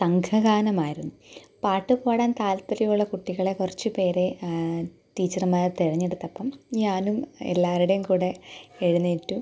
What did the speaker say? സംഘഗാനമായിരുന്നു പാട്ടുപാടാൻ താൽപ്പര്യമുള്ള കുട്ടികളെ കുറച്ച് പേരെ ടീച്ചർമാർ തിരഞ്ഞെടുത്തപ്പം ഞാനും എല്ലാരുടേയും കൂടെ എഴുന്നേറ്റു